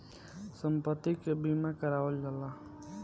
सम्पति के बीमा करावल जाला